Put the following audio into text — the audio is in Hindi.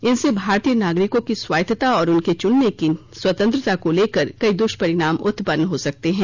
इनसे भारतीय नागरिकों की स्वायत्तता और उनके चुनने की स्वतंत्रता को लेकर कई दृष्परिणाम उत्पन्न हो सकते हैं